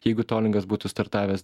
jeigu tolingas būtų startavęs